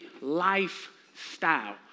lifestyle